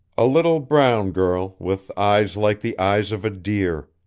a little brown girl, with eyes like the eyes of a deer.